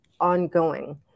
ongoing